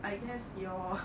I guess your